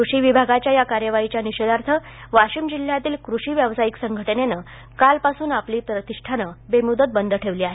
कृषी विभागाच्या या कार्यवाहीच्या निषेधार्थ वाशिम जिल्ह्यातील कृषी व्यावसायिक संघटनेने काल पासून आपली प्रतिष्ठानं बेमुदत बंद ठेवली आहेत